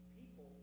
people